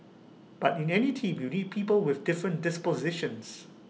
but in any team you need people with different dispositions